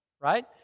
right